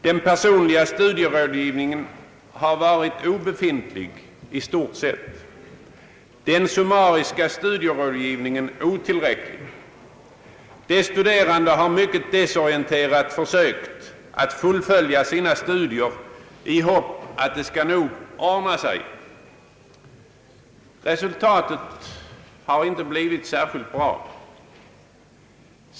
Den personliga studierådgivningen har varit i stort sett obefintlig, och den summariska studierådgivningen otillräcklig. De studerande har mycket desorienterade försökt att fullfölja sina studier i hopp om att »det skall nog ordna sig». Resultatet har inte blivit särskilt bra.